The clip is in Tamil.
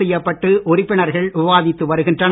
செய்யப்பட்டு உறுப்பினர்கள் விவாதித்து வருகின்றனர்